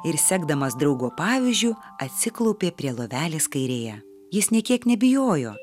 ir sekdamas draugo pavyzdžiu atsiklaupė prie lovelės kairėje jis nė kiek nebijojo